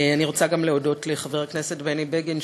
אני רוצה גם להודות לחבר הכנסת בני בגין,